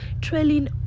trailing